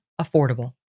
affordable